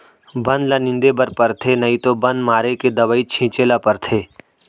बन ल निंदे बर परथे नइ तो बन मारे के दवई छिंचे ल परथे